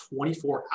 24